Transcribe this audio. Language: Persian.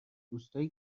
دوستایی